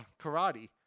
Karate